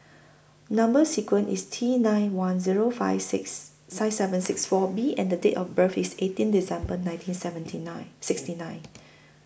Number sequence IS T nine one Zero five six five seven six four B and Date of birth IS eighteen December nineteen seventy nine sixty nine